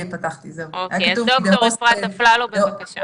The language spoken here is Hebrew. ד"ר אפרת אפללו, בבקשה.